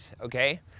Okay